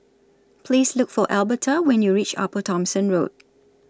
Please Look For Alberta when YOU REACH Upper Thomson Road